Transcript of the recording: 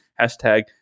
hashtag